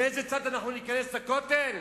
מאיזה צד ניכנס לכותל.